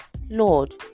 Lord